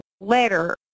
letter